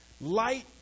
Light